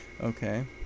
okay